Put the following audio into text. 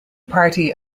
party